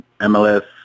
MLS